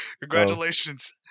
congratulations